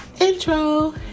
intro